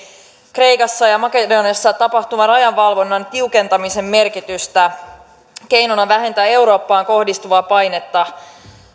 kreikassa ja makedoniassa tapahtuvan rajavalvonnan tiukentamisen merkitystä keinona vähentää eurooppaan kohdistuvaa painetta